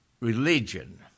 religion